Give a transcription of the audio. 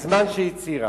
בזמן שהצהירה,